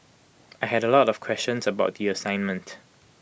I had A lot of questions about the assignment